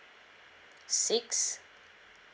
six